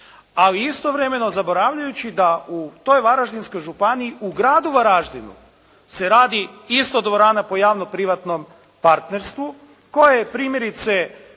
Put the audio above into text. ali istovremeno zaboravljajući da u toj Varaždinskoj županiji u gradu Varaždinu se radi isto dvorana po javno-privatnom partnerstvu koja je primjerice